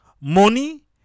money